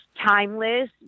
timeless